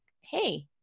hey